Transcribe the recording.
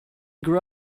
grew